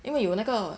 因为有那个